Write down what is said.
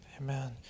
Amen